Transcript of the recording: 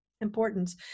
importance